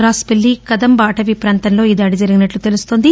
Ross పెల్లి కదంబ అటవీ ప్రాంతంలో ఈ దాడి జరిగినట్లు తెలుస్తోంది